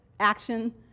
action